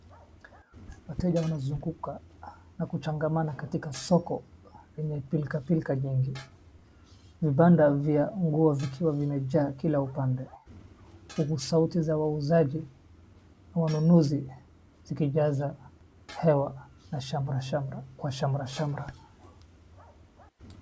Wateja wanazunguka na kuchangamana katika soko yenye pilkapilka nyingi. Vibanda vya nguo vikiwa vimejaa kila upande huku sauti za wauzaji na wanunuzi zikijaza hewa kwa shamrashamra.